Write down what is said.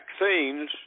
Vaccines